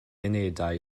unedau